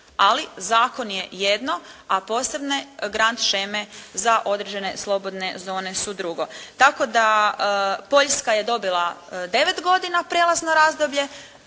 ali zakon je jedno, a posebne grant sheme za određene slobodne zone su drugo. Tako da Poljska je dobila 9 godina prijelazno razdoblje.